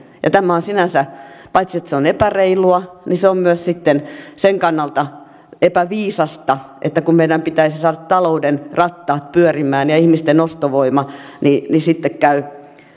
ja tämä on sinänsä paitsi epäreilua myös sitten sen kannalta epäviisasta että kun meidän pitäisi saada talouden rattaat pyörimään ja ihmisten ostovoima niin sitten käy